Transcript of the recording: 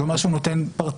זה אומר שהוא נותן פרטנית?